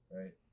right